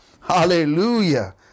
Hallelujah